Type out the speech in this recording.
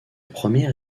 première